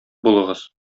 булыгыз